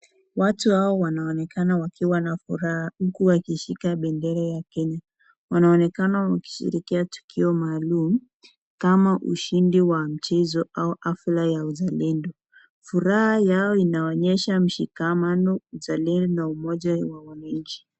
Watu hawa wanaonekana wakiwa na furaha, huku wakishika bendera ya Kenya. Wanaonekana wakishirikia tukio maalum kama usindi wa mchezo au hafla ya uzalendo. Furaha yao inaonyesha mshikamano, uzalendo na umoja ya wananchi.